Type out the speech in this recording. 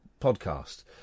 podcast